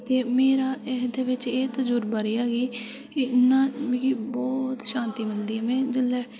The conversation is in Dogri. ते मेरा एह्दे बिच एह् तजुर्बा रेहा की इ'न्ना मिगी बहोत शांति मिलदी ऐ में जेल्लै